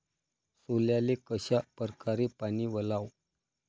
सोल्याले कशा परकारे पानी वलाव?